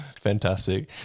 Fantastic